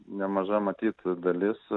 nemaža matyt dalis